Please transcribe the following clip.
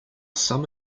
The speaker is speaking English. some